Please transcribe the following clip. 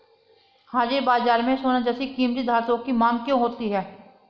हाजिर बाजार में सोना जैसे कीमती धातुओं की मांग क्यों होती है